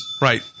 Right